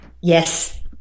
Yes